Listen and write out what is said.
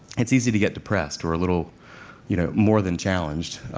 it's easy to get depressed or a little you know more than challenged,